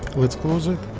let's close it